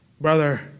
brother